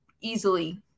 easily